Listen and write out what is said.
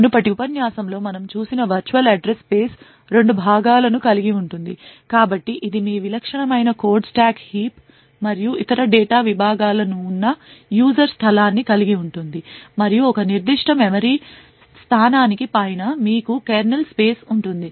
మునుపటి ఉపన్యాసాలలో మనము చూసిన వర్చువల్ అడ్రస్ స్పేస్ రెండు భాగాల ను కలిగి ఉంటుంది కాబట్టి ఇది మీ విలక్షణమైన కోడ్ స్టాక్ హీప్ మరియు ఇతర డేటా విభాగాలు ఉన్న యూజర్ స్థలాన్ని కలిగి ఉంటుంది మరియు ఒక నిర్దిష్ట మెమరీ స్థానానికి పైన మీకు కెర్నల్ స్పేస్ ఉంటుంది